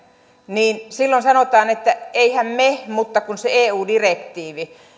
niin silloin sanotaan että eihän me mutta kun se eu direktiivi